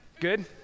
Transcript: Good